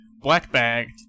black-bagged